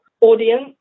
audience